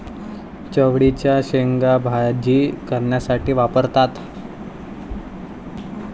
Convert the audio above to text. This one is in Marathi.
चवळीच्या शेंगा भाजी करण्यासाठी वापरतात